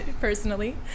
personally